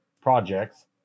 projects